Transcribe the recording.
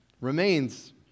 remains